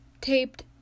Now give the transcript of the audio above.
taped